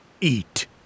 Eat